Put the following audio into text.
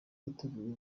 biteguye